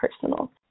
personal